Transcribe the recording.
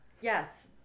Yes